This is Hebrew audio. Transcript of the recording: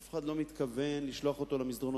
אף אחד לא מתכוון לשלוח אותו למסדרונות.